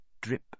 drip